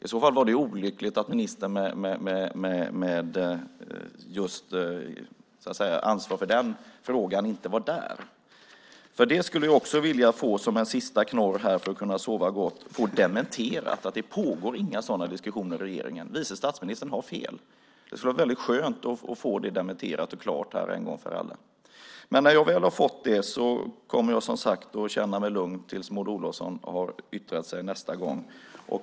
I så fall var det olyckligt att ministern med ansvar för den frågan inte var där. Som en sista knorr för att kunna sova gott skulle jag vilja få dementerat att det inte pågår några sådana diskussioner i regeringen. Vice statsministern har fel. Det skulle vara väldigt skönt att få det dementerat och klart här en gång för alla. När jag väl har fått det kommer jag att känna mig lugn tills Maud Olofsson har yttrat sig nästa gång.